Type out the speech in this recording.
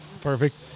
Perfect